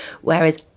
whereas